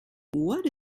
what